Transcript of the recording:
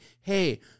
Hey